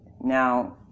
Now